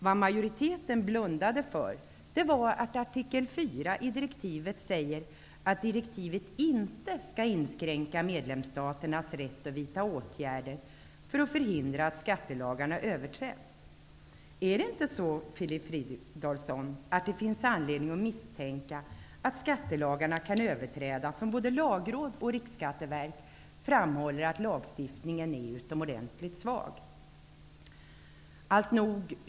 Vad majoriteten blundade för var att artikel 4 i direktivet säger att direktivet inte skall inskränka medlemsstaternas rätt att vidta åtgärder för att förhindra att skattelagarna överträds. Är det inte så, Filip Fridolfsson, att det finns anledning att misstänka att skattelagarna kan överträdas om både Lagrådet och Riksskatteverket framhåller att lagstiftningen är utomordentligt svag?